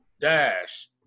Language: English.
dash